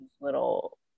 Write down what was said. little